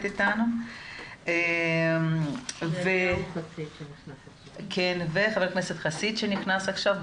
אתנו ואת חבר הכנסת חסיד שנכנס עכשיו.